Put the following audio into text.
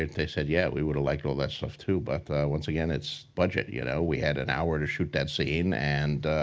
they said, yeah, we would've liked all that stuff too, but once again, it's budget. you know we had an hour to shoot that scene and